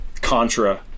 Contra